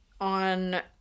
On